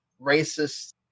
racist